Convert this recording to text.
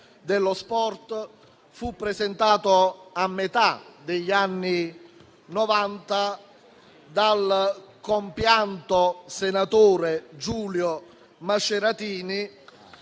dello sport fu presentata a metà degli anni Novanta dal compianto senatore Giulio Maceratini